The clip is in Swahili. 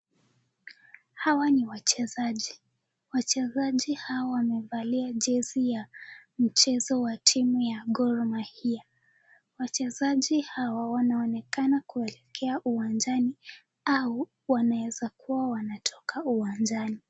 Hawa ni wachezaji, wachezaji hawa wamevalia jezi ya mchezo wa timu ya Gor ,wachezaji hawa wanaonekana kuelekea uwanjani au wanaeza kuwa wanatoka uwanjani.